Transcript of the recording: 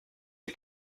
est